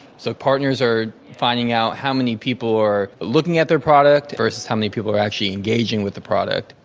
so partners are finding out how many people are looking at their product versus how many people are actually engaging with the product.